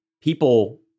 people